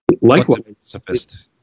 Likewise